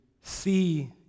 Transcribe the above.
see